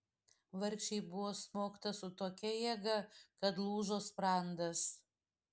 vargšei buvo smogta su tokia jėga kad lūžo sprandas